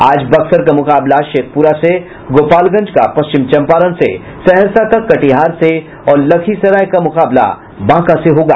आज बक्सर का मुकाबला शेखपुरा से गोपालगंज का पश्चिम चंपारण से सहरसा का कटिहार से और लखीसराय का मुकाबला बांका से होगा